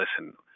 listen